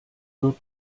wird